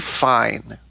fine